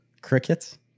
Crickets